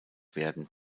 werden